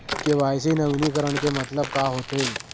KYC नवीनीकरण के मतलब का होथे?